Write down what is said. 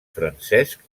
francesc